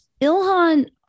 Ilhan